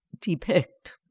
depict